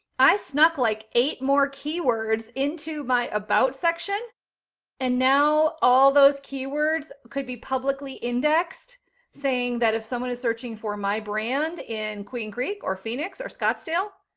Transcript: i snuck like eight more keywords into my about section and now all those keywords could be publicly indexed saying that if someone is searching for my brand in queen creek, or phoenix, or scottsdale,